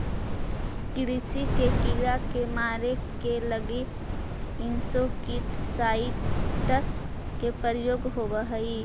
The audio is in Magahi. कृषि के कीड़ा के मारे के लगी इंसेक्टिसाइट्स् के प्रयोग होवऽ हई